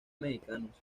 mexicanos